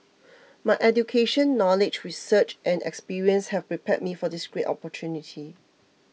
my education knowledge research and experience have prepared me for this great opportunity